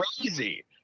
crazy